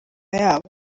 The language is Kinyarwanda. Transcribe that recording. yabo